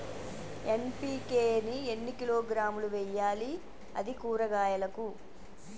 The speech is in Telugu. ఎన్.పి.కే ని ఎన్ని కిలోగ్రాములు వెయ్యాలి? అది కూరగాయలకు?